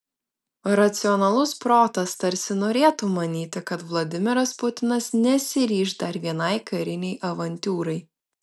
racionalus protas tarsi norėtų manyti kad vladimiras putinas nesiryš dar vienai karinei avantiūrai